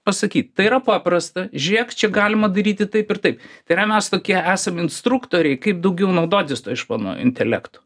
pasakyt tai yra paprasta žiūrėk čia galima daryti taip ir taip tai yra mes tokie esam instruktoriai kaip daugiau naudotis tuo išmaniuoju intelektu